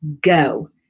go